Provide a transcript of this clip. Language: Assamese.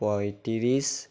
পঁয়ত্ৰিছ